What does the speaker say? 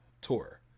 tour